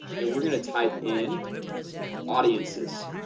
and we're gonna type in audiences,